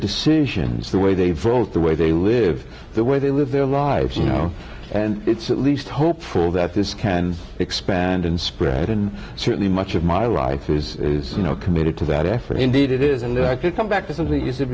decisions the way they vote the way they live the way they live their lives you know and it's at least hopeful that this can expand and spread and certainly much of my life is you know committed to that effort or indeed it is and i could come back to something you said